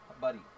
buddy